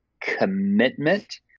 commitment